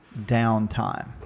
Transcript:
downtime